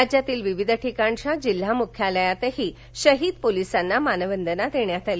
राज्यातील विविध ठिकाणच्या जिल्हा मुख्यालयातही शहीद पोलीसांना मानवंदना देण्यात आली